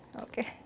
Okay